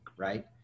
Right